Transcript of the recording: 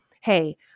hey